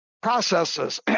processes